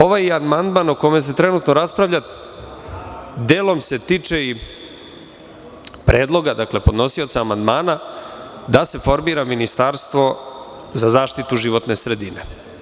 Ovaj amandman o kome se trenutno raspravlja delom se tiče i predloga podnosioca amandmana da se formira Ministarstvo za zaštitu životne sredine.